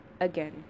again